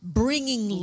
bringing